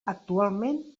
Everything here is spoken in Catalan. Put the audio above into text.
actualment